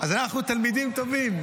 אז אנחנו תלמידים טובים.